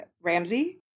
Ramsey